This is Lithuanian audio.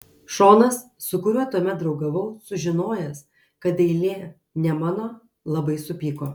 šonas su kuriuo tuomet draugavau sužinojęs kad eilė ne mano labai supyko